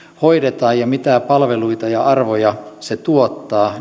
hoidetaan ja mitä palveluita ja arvoja se tuottaa